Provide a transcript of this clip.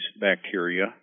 bacteria